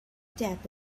depp